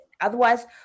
otherwise